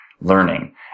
learning